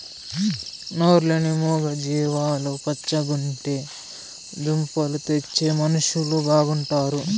నోరు లేని మూగ జీవాలు పచ్చగుంటే దుంపలు తెచ్చే మనుషులు బాగుంటారు